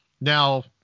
now